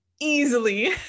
Easily